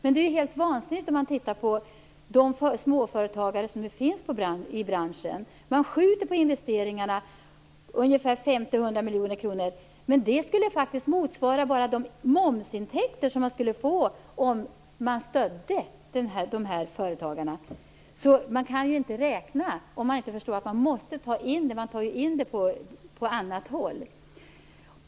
Det är helt vansinnigt, med tanke på de småföretagare som finns i branschen. Man skjuter på investeringarna, på 50-100 miljoner kronor. Men det skulle ju motsvara de momsintäkter som man skulle få om man stödde de här företagarna. Man tar alltså in det på annat håll.